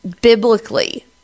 biblically